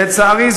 לצערי,